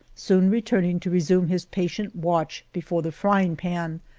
soon returning to resume his patient watch before the frying pan,